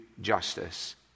justice—